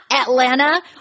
Atlanta